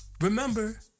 Remember